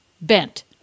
bent